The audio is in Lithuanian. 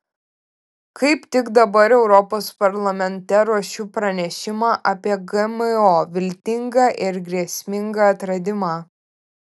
kaip tik dabar europos parlamente ruošiu pranešimą apie gmo viltingą ir grėsmingą atradimą